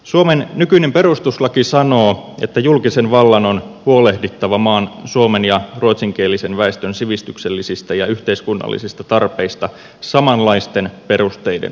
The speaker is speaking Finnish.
suomen nykyinen perustuslaki sanoo että julkisen vallan on huolehdittava maan suomen ja ruotsinkielisen väestön sivistyksellisistä ja yhteiskunnallisista tarpeista samanlaisten perusteiden mukaan